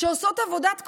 שעושים עבודת קודש,